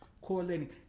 correlating